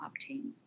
obtained